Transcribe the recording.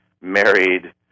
married